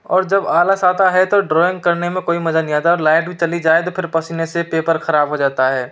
और जब आलस आता है तो ड्राॅइंग करने में कोई मजा नहीं आता और लाइट भी चली जाए तो फिर पसीने से पेपर खराब हो जाता है